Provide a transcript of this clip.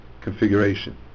configuration